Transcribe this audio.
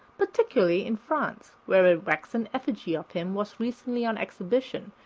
particularly in france, where a waxen effigy of him was recently on exhibition,